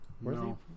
No